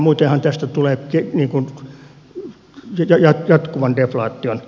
muutenhan tästä tulee jatkuvan deflaation alue